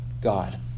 God